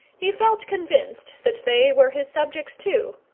he felt convinced that they were his subjects too,